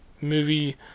movie